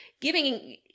giving